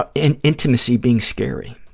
ah and intimacy being scary.